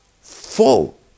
full